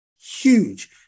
huge